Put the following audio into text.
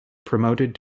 promoted